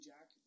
Jack